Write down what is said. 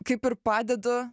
kaip ir padedu